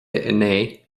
inné